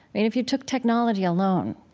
if you took technology alone,